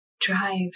drive